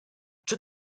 czy